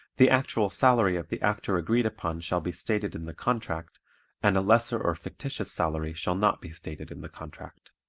the actual salary of the actor agreed upon shall be stated in the contract and a lesser or fictitious salary shall not be stated in the contract.